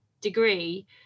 degree